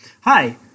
Hi